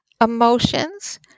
emotions